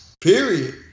Period